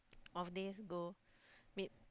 off days go meet